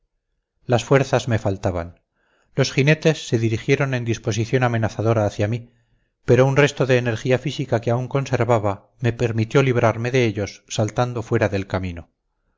las fuerzas me faltaban los jinetes se dirigieron en disposición amenazadora hacia mí pero un resto de energía física que aún conservaba me permitió librarme de ellos saltando fuera del camino